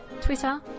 Twitter